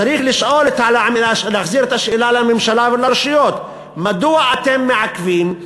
צריך לשאול ולהחזיר את השאלה לממשלה ולרשויות: מדוע אתם מעכבים,